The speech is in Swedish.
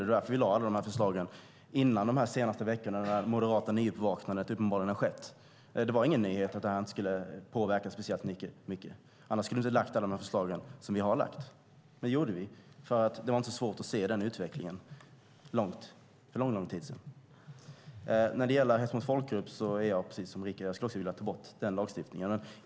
Det var därför vi lade fram alla de här förslagen före det moderata nyuppvaknande som uppenbarligen har skett under de senaste veckorna. Det var ingen nyhet att det här inte skulle påverka speciellt mycket. Annars skulle vi inte ha lagt fram alla de förslag som vi lagt fram. Det gjorde vi därför att det inte var så svårt att se den utvecklingen för lång tid sedan. Lagstiftningen om hets mot folkgrupp skulle jag precis som Richard vilja ta bort.